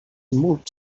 moot